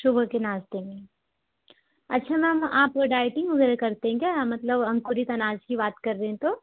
सुबह के नाश्ते में अच्छा मैम आप डाइटिंग वगैरह करते हैं क्या मतलब अंकुरित अनाज की बात कर रहे हैं तो